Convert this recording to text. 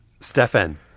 Stefan